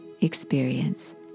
experience